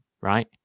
right